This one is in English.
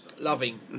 loving